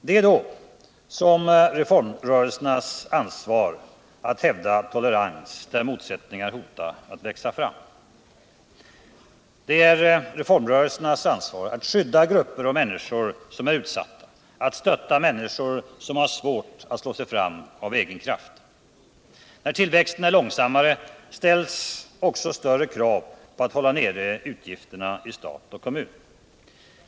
Det är då reformrörelsernas ansvar att hävda tolerans där motsättningar hotar växa fram, att skydda grupper och människor som är utsatta, att stötta människor som har svårt att slå sig fram av egen kraft. När tillväxten är långsammare ställs också större krav på att hålla nere utgifterna i stat och kommun.